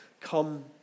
Come